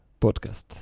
podcast